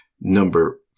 number